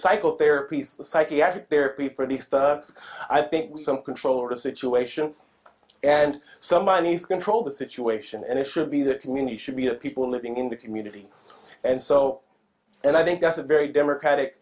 psychotherapy psychiatric therapy for the stuff i think some control over the situation and someone is controlled the situation and it should be that community should be a people living in the community and so and i think that's a very democratic